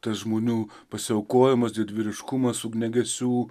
tas žmonių pasiaukojimas didvyriškumas ugniagesių